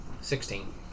Sixteen